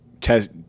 test